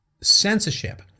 censorship